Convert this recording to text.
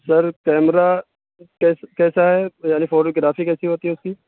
سر camera کیس کیسا ہے یعنی فوٹوگرافی کیسی ہوتی ہے اس کی